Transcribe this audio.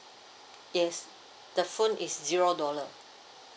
yes the phone is zero dollar